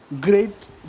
great